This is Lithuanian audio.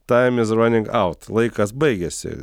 taim iz raning aut laikas baigėsi